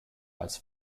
als